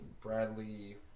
Bradley